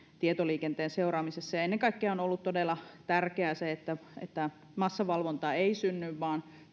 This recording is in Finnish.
tietoliikenteen seuraamisessa ennen kaikkea on ollut todella tärkeää se että että massavalvontaa ei synny vaan